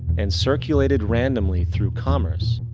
and circulated randomly through commerce,